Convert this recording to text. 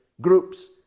groups